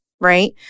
right